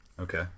Okay